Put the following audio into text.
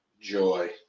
joy